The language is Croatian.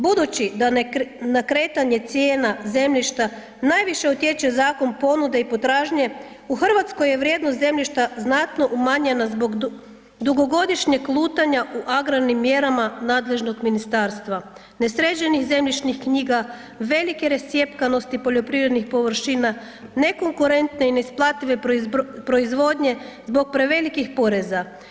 Budući da na kretanje cijena zemljišta najviše utječe zakon ponude i potražnje u Hrvatskoj je vrijednost zemljišta znatno umanjena zbog dugogodišnjeg lutanja u agrarnim mjerama nadležnog ministarstva, nesređenih zemljišnih knjiga, velike rascjepkanosti poljoprivrednih površina, nekonkurentne i neisplatljive proizvodnje zbog prevelikih poreza.